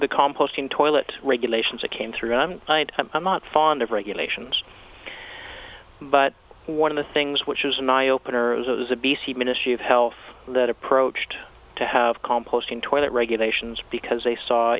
the composting toilet regulations that came through and i'm not fond of regulations but one of the things which is an eye opener is a b c ministry of health that approached to have composting toilet regulations because they saw